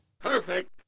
perfect